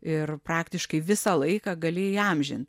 ir praktiškai visą laiką gali įamžint